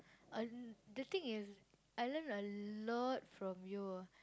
uh the thing is I learn a lot from you